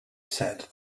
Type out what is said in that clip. said